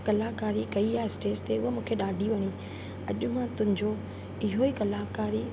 कलाकारी कई आहे स्टेज ते उहा मूंखे ॾाढी वणी अॼु मां तुंहिंजो इहो ई कलाकारी